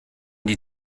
die